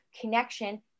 connection